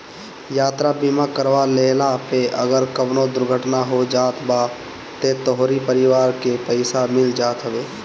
यात्रा बीमा करवा लेहला पअ अगर कवनो दुर्घटना हो जात बा तअ तोहरी परिवार के पईसा मिल जात हवे